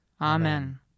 Amen